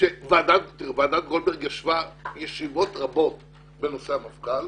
שוועדת גולדברג ישבה ישיבות רבות בנושא המפכ"ל,